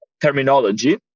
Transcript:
terminology